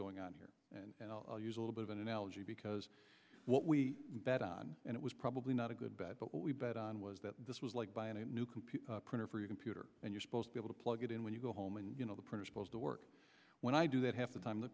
going on here and i'll use a little bit of an analogy because what we bet on and it was probably not a good bet but what we bet on was that this was like buying a new computer printer for your computer and you're supposed be able to plug it in when you go home and you know the printer supposed to work when i do that half the time the